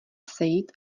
sejít